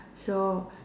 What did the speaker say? so